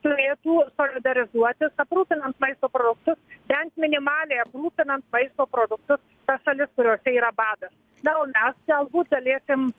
turėtų solidarizuotis aprūpinant maisto produktus bent minimaliai aprūpinant maisto produktus tas šalis kuriose yra badas na o mes galbūt galėsim